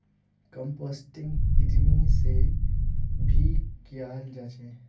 composting कृमि से भी कियाल जा छे